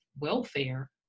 welfare